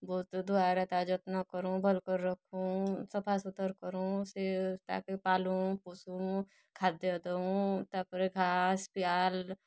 ବହୁତ୍ ଧୂଆ ରେତା ଯତ୍ନ କରୁଁ ଭଲ୍ କରି ରଖୁଁ ସଫାସୁତର୍ କରୁଁ ସେଟାକେ ପାଲୁଁ ପୁଷୁଁ ଖାଦ୍ୟ ଦଉଁ ତା'ପରେ ଘାସ୍ ପିଆଲ୍